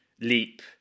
leap